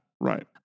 Right